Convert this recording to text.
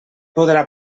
podrà